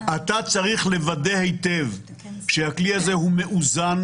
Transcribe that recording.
אתה צריך לוודא היטב שהכלי הזה הוא מאוזן,